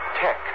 Tech